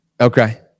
Okay